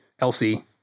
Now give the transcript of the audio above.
Elsie